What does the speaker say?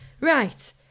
Right